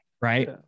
right